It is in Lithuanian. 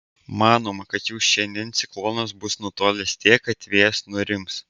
manoma kad jau šiandien ciklonas bus nutolęs tiek kad vėjas nurims